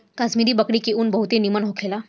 कश्मीरी बकरी के ऊन बहुत निमन होखेला